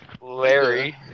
Larry